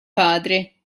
padre